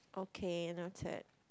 okay no turn